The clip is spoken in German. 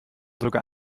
sogar